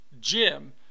Jim